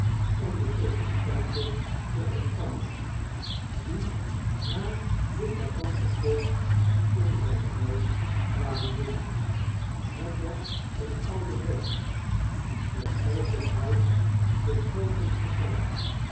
om de sollicitanten te ontvangen die naar deu vacanten post in zyn huis kwamen dingen het was een ouderwetsch met eikenhout beschoten vertrek